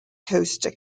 coaster